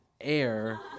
air